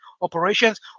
operations